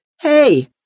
Hey